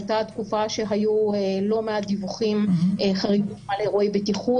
הייתה תקופה שהיו לא מעט דיווחים על אירועי בטיחות